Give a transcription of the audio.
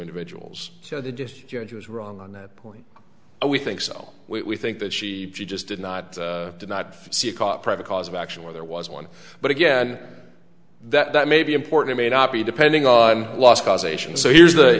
individuals so they just judge was wrong on that point we think so we think that she just did not did not see caught private cause of action where there was one but again that may be important may not be depending on last causation so here's